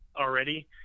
already